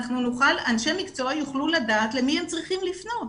אנשי מקצוע יוכלו לדעת למי הם צריכים לפנות.